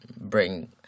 bring